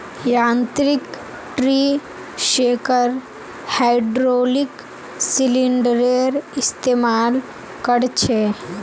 यांत्रिक tree shaker hydraulic सिलिंडरेर इस्तेमाल कर छे